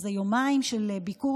איזה יומיים של ביקור,